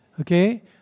Okay